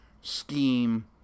scheme